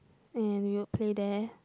and we will play there